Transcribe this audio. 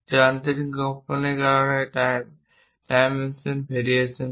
যান্ত্রিক কম্পনের কারনে তাপডাইমেনশন ভেরিয়েশন হয়